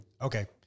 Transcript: Okay